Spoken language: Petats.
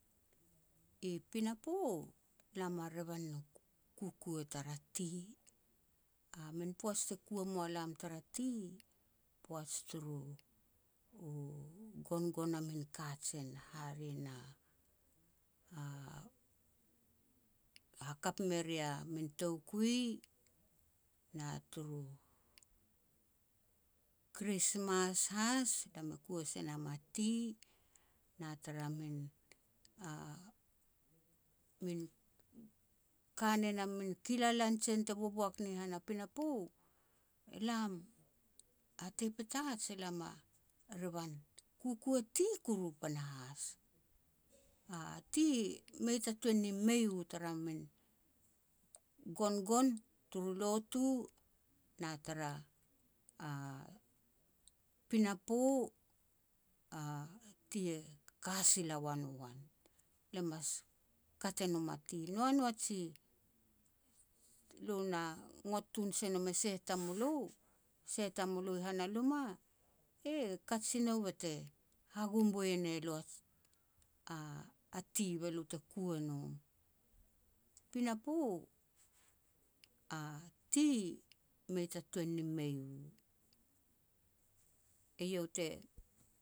I pinapo, lam a revan u revan u kukua tara tea. A min poaj te kua moa lam tara tea, poaj turu gongon a min kajen, hare na, te hakap me ria min toukui, na turu Kristmas has lam e kua se nam a tea, na tara min kanen a min kilalan jen te boboak ni pinapo, elam a tei Petats elam a revam kukua ti kuru panahas. A tea, mei ta tuan ni mei u tara min gongon turu lotu na tara pinapo a tea e ka sila wa no wan, le mas kat e nom a tea. Noa no a ji lo na ngot tun se nom e seh tamulo, seh tamulo han a luma, e kat si nou be te hagum a tea be lo te kua nom. Pinapo a tea, mei ta tuan ni mei u. Eiau te